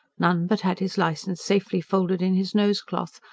none but had his licence safely folded in his nosecloth,